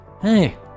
Hey